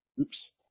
oops